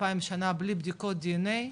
2000 שנה בלי בדיקות דנ”א,